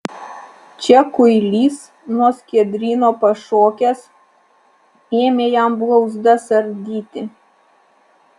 čia kuilys nuo skiedryno pašokęs ėmė jam blauzdas ardyti